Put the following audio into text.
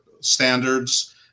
standards